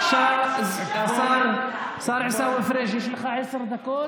השר עיסאווי פריג' יש לך עשר דקות,